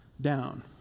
down